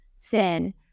sin